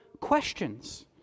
questions